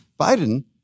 Biden